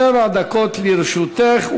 שבע דקות לרשותך,